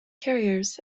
carriers